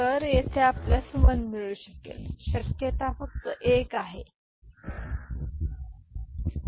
तर आता येथे आपल्यास 1 मिळू शकेल शक्यता फक्त 1 आहे किंवा 0 ही नाही म्हणून 1 म्हणजे हे 1 1 ठीक आहे